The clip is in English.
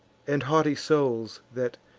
and haughty souls, that,